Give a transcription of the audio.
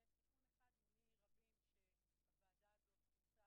זה תיקון אחד מיני רבים שהוועדה הזאת עושה